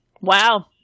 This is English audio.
Wow